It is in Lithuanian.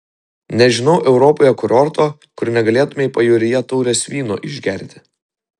nežinau europoje kurorto kur negalėtumei pajūryje taurės vyno išgerti